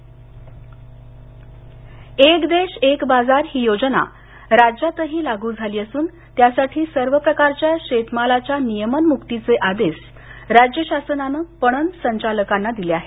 कृषी विपणन एक देश एक बाजार ही योजना राज्यातही लागू झाली असून त्यासाठी सर्व प्रकारच्या शेतमालाच्या नियमन मुक्तीचे आदेश राज्य शासनानं पणन संचालकांना दिले आहेत